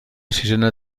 sisena